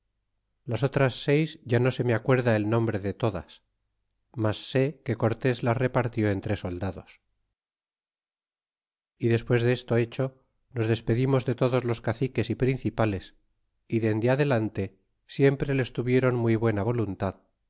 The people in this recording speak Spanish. las otras seis ya no se me acuerda el nombre de todas mas sé que cortés las repartió entre soldados y despues desto hecho nos despedimos de todos los caciques y principales y dende adelante siempre les tuvieron muy buena voluntad